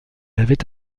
avait